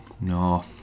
No